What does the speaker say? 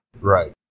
Right